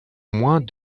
moins